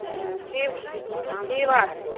हँ की की भाव छौ